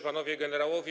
Panowie Generałowie!